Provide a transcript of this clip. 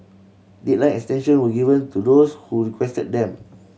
deadline extension were given to those who requested them